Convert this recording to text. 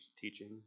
teaching